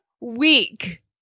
week